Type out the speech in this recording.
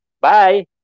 Bye